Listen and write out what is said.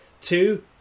Two